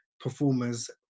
performers